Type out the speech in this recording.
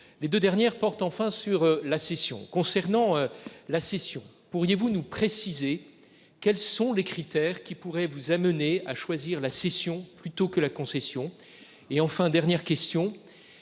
Les deux dernières porte enfin sur la cession concernant la cession, pourriez-vous nous préciser quels sont les critères qui pourrait vous amener à choisir la scission plutôt que la concession